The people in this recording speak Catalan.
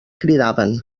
cridaven